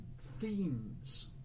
themes